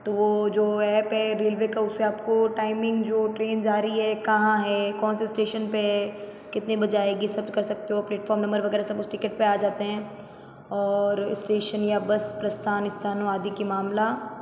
तो वो जो ऐप है रेलवे का उससे आपको टाइमिंग जो ट्रेन जा रही है कहाँ है कौन से स्टेशन पर है कितने बजे आएगी सर्च कर सकते हो प्लेटफार्म नंबर वगैरह सब उस टिकट पर आ जाते हैं और स्टेशन या बस प्रस्थान स्थान वादी के मामला